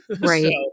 right